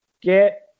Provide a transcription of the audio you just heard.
get